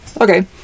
Okay